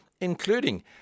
including